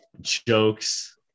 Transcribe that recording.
jokes